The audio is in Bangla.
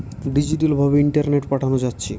ডিজিটাল ভাবে ইন্টারনেটে পাঠানা যাচ্ছে